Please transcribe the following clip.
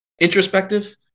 introspective